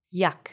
yuck